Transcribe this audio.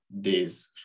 days